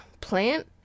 plant